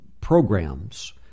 programs